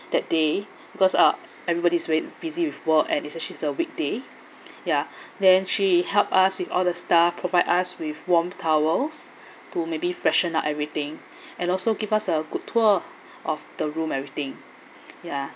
that day because uh everybody right is busy with work and it's actually a week day ya then she helped us with all the stuff provide us with warm towels to maybe freshen up everything and also give us a good tour of the room everything yeah